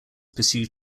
pursue